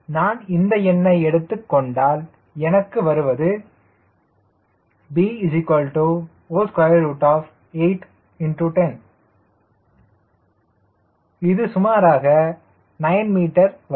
நான் இந்த எண்ணை எடுத்துக் கொண்டால் எனக்கு வருவது b810 இது சுமாராக 9m இருக்கும்